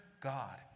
God